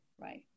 right